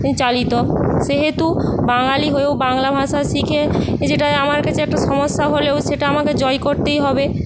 চালিত সেহেতু বাঙালি হয়েও বাংলা ভাষা শিখে এই যেটা আমার কাছে একটা সমস্যা হলেও সেটা আমাকে জয় করতেই হবে